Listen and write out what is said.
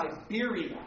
Siberia